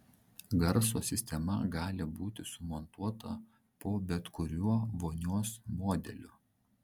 garso sistema gali būti sumontuota po bet kuriuo vonios modeliu